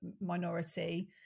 minority